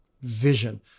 vision